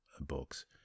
books